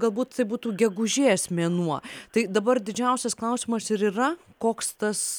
galbūt tai būtų gegužės mėnuo tai dabar didžiausias klausimas ir yra koks tas